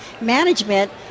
Management